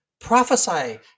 prophesy